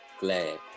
glad